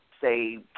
say